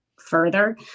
further